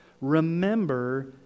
Remember